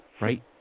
right